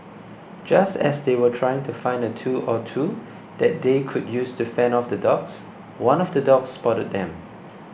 just as they were trying to find a tool or two that they could use to fend off the dogs one of the dogs spotted them